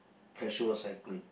casual cycling